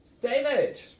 David